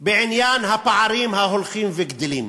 בעניין הפערים ההולכים וגדלים.